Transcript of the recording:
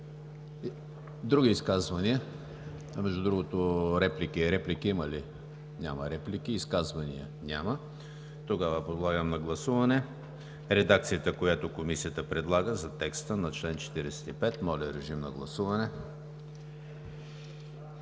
Други изказвания? Между другото, реплики има ли? Няма реплики. Изказвания? Няма. Тогава подлагам на гласуване редакцията, която Комисията предлага за текста на чл. 45. Гласували